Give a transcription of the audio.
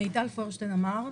מיטל פוירשטיין עמר,